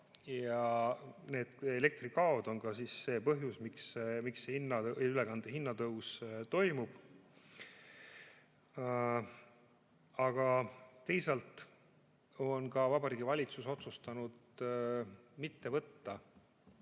ja need elektrikaod on tõepoolest see põhjus, miks ülekande hinna tõus toimub. Aga teisalt on ka Vabariigi Valitsus otsustanud mitte võtta